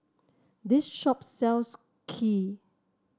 this shop sells Kheer